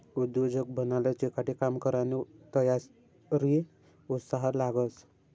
उद्योजक बनाले चिकाटी, काम करानी तयारी, उत्साह लागस